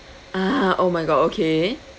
ah oh my god okay